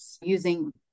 using